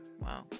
wow